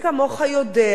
גם בחברה הדתית,